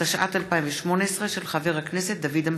התשע"ט 2018, של חבר הכנסת דוד אמסלם.